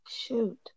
shoot